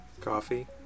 Coffee